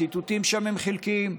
הציטוטים שם הם חלקיים,